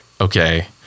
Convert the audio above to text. okay